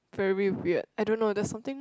very weird I don't know there's something